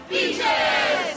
Beaches